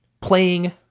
playing